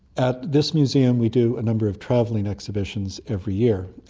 at this museum we do a number of travelling exhibitions every year.